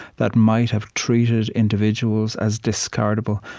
that might have treated individuals as discardable.